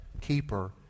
keeper